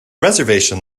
reservation